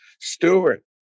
Stewart